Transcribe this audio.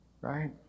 right